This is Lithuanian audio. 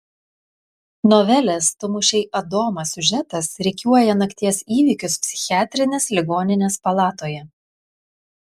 novelės tu mušei adomą siužetas rikiuoja nakties įvykius psichiatrinės ligoninės palatoje